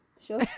sure